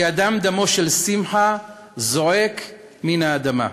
כי הדם, דמו של שמחה, זועק מן האדמה,